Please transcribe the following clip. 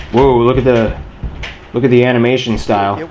woah, look at ah look at the animation style.